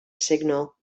signal